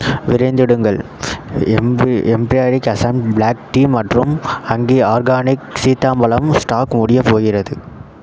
விரைந்திடுங்கள் எம்பி எம்பீரியாடிக் அஸாம் ப்ளாக் டீ மற்றும் அங்கி ஆர்கானிக் சீதாம்பலம் ஸ்டாக் முடியப்போகிறது